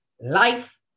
life